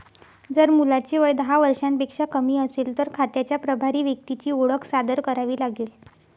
जर मुलाचे वय दहा वर्षांपेक्षा कमी असेल, तर खात्याच्या प्रभारी व्यक्तीची ओळख सादर करावी लागेल